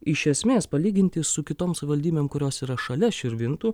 iš esmės palyginti su kitom savivaldybėm kurios yra šalia širvintų